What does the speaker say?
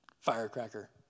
firecracker